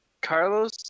carlos